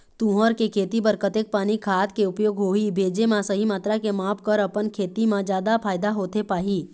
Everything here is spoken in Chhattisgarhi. तुंहर के खेती बर कतेक पानी खाद के उपयोग होही भेजे मा सही मात्रा के माप कर अपन खेती मा जादा फायदा होथे पाही?